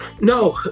no